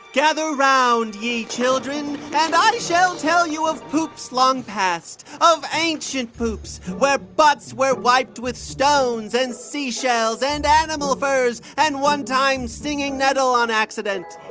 gather round, ye children. and i shall tell you of poops long past, of ancient poops where butts were wiped with stones and sea shells and animal furs and, one time, stinging nettle on accident